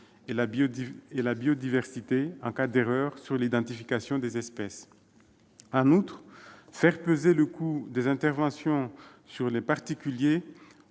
la biodiversité- en cas d'erreur sur l'identification des espèces. En outre, faire peser le coût des interventions sur les particuliers,